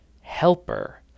helper